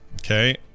Okay